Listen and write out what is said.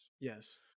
Yes